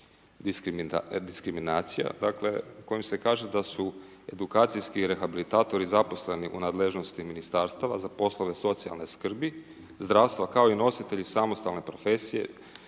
diskriminacija dakle kojom se kaže da su edukacijski rehabilitatori zaposleni u nadležnosti ministarstava za poslove socijalne skrbi, zdravstva kao i nositelji samostalne profesije,